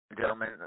Gentlemen